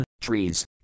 trees